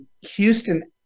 Houston